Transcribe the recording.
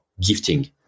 gifting